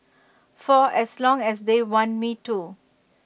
for as long as they want me to